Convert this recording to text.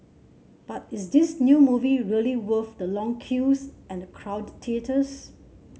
but is this new movie really worth the long queues and crowded theatres